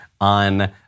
on